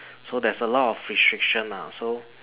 so there's a lot of restrictions lah so